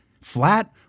Flat